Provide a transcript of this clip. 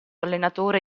allenatore